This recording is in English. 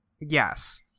Yes